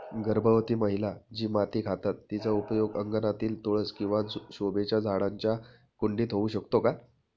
गर्भवती महिला जी माती खातात तिचा उपयोग अंगणातील तुळस किंवा शोभेच्या झाडांच्या कुंडीत होऊ शकतो का?